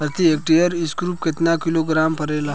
प्रति हेक्टेयर स्फूर केतना किलोग्राम परेला?